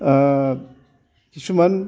ओह खिसुमान